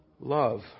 love